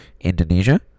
Indonesia